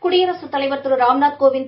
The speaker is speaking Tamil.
குடியரசுத் தலைவர் திரு ராம்நாத்கோவிந்த்